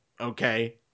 okay